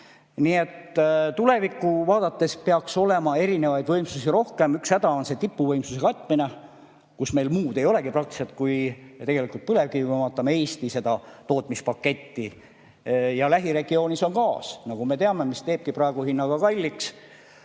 Nii et tulevikku vaadates peaks olema erinevaid võimsusi rohkem. Üks häda on see tipuvõimsuse katmine, kus meil tegelikult praktiliselt muud ei olegi kui põlevkivi, kui me vaatame Eesti tootmispaketti. Ja lähiregioonis on gaas, nagu me teame, mis teebki praegu hinna kalliks,